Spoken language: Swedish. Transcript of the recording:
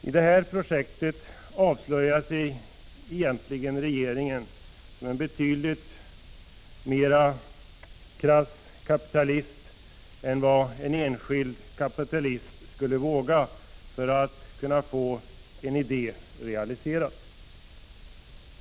I detta projekt avslöjar sig egentligen regeringen som en betydligt mer krass kapitalist än vad en enskild kapitalist skulle våga för att få en idé realiserad.